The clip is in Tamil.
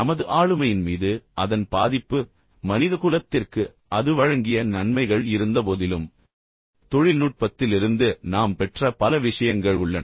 நமது ஆளுமையின் மீது அதன் பாதிப்பு மனிதகுலத்திற்கு அது வழங்கிய நன்மைகள் இருந்தபோதிலும் தொழில்நுட்பத்திலிருந்து நாம் பெற்ற பல விஷயங்கள் உள்ளன